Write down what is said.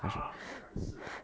!huh! 改次啊